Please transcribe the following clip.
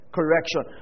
correction